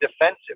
defensive